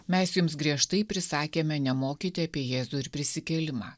mes jums griežtai prisakėme nemokyti apie jėzų ir prisikėlimą